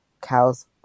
cow's